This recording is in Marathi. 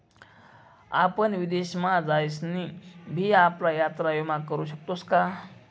आपण विदेश मा जाईसन भी आपला यात्रा विमा करू शकतोस का?